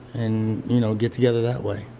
and, you know, get together that way.